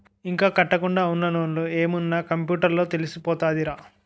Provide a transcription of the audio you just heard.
ఇంకా కట్టకుండా ఉన్న లోన్లు ఏమున్న కంప్యూటర్ లో తెలిసిపోతదిరా